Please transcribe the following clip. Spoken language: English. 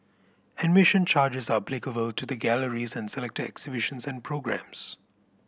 admission charges are applicable to the galleries and selected exhibitions and programmes